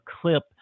clip